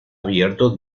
abierto